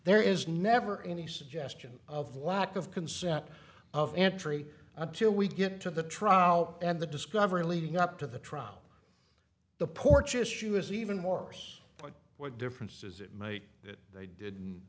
there is never any suggestion of lack of consent of entry until we get to the trout and the discovery leading up to the trial the porch issue is even more point what difference does it make that they didn't